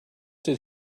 did